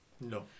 No